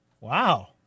Wow